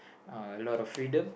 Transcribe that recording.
uh a lot of freedom